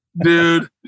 dude